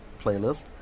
playlist